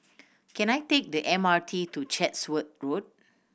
can I take the M R T to Chatsworth Road